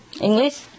English